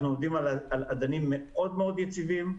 אנחנו עומדים על אדנים יציבים מאוד.